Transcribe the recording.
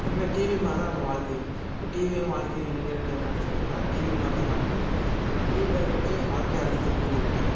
எப்பயுமே டிவி மாதிரிதான் நம்ம வாழ்க்கையும் இப்போ டிவியும் வாழ்க்கையும் இணைக்கிறேன்னு எதும் நெனைச்சிக்க வேண்டாம் டிவி மாதிரிதான் வாழ்க்கையும் ஆனால் அந்த டிவி கடையில் போய் என் வாழ்க்கை அர்த்தத்தை புரிஞ்சுக்கிட்டேன்